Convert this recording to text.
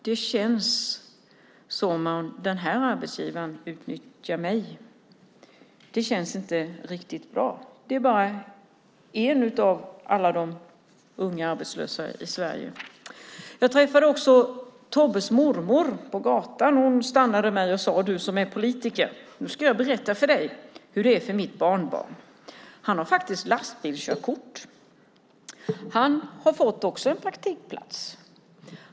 Det känns som om arbetsgivaren utnyttjar mig, och det känns inte riktigt bra. Anna är bara en av alla arbetslösa unga i Sverige. Jag träffade Tobbes mormor på gatan. Hon stoppade mig och sade: Du som är politiker, nu ska jag berätta för dig hur det är för mitt barnbarn. Han har lastbilskörkort. Han har fått en praktikplats.